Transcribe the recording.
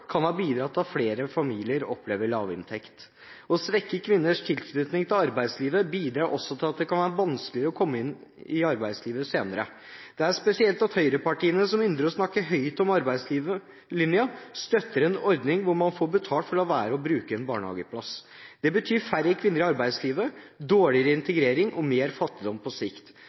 kan ha bidratt til at flere familier opplever lavinntekt. Å svekke kvinners tilknytning til arbeidslivet bidrar også til at det kan være vanskeligere å komme inn i arbeidslivet senere. Det er spesielt at høyrepartiene som ynder å snakke høyt om arbeidslinjen, støtter en ordning hvor man får betalt for å la være å bruke en barnehageplass. Det betyr færre kvinner i arbeidslivet, dårligere integrering og mer fattigdom på sikt.